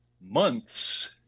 months